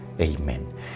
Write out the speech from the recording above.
Amen